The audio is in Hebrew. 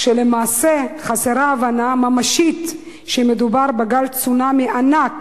כשלמעשה חסרה ההבנה הממשית שמדובר בגל צונאמי ענק,